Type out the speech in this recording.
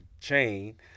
chain